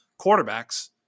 quarterbacks